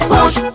Push